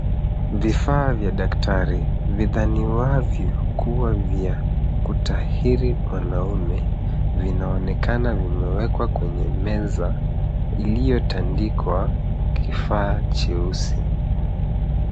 Vifaa vya daktari vidhaniwavyo kua vya kutahiri wanaume, vinaonekana vimewekwa kwenye meza, iliyotandikwa kifaa cheusi.